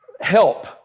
help